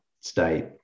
state